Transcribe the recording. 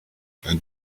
and